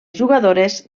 jugadores